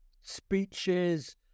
speeches